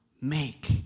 Make